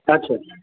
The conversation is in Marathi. अच्छा